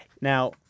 Now